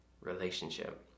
relationship